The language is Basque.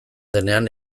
denean